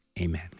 amen